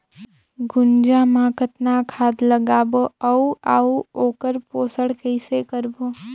गुनजा मा कतना खाद लगाबो अउ आऊ ओकर पोषण कइसे करबो?